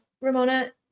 ramona